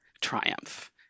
triumph